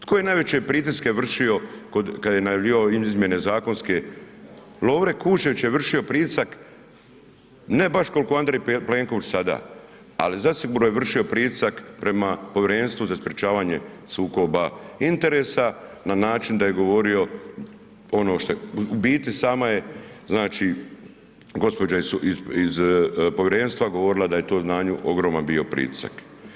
Tko je najveće pritiske vršio kad je najavljivao izmjene zakonske, Lovre Kuščević je vršio pritisak ne baš koliko Andrej Plenković sada, ali zasigurno je vršio pritisak prema Povjerenstvu za sprječavanje sukoba interesa, na način da je govorio, u biti sama je gospođa iz povjerenstva govorila da je to na nju ogroman bio pritisak.